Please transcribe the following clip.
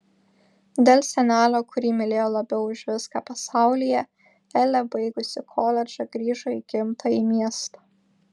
dėl senelio kurį mylėjo labiau už viską pasaulyje elė baigusi koledžą grįžo į gimtąjį miestą